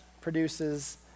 produces